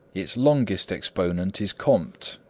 its longest exponent is comte,